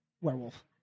werewolf